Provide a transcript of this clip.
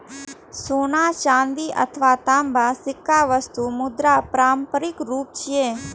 सोना, चांदी अथवा तांबाक सिक्का वस्तु मुद्राक पारंपरिक रूप छियै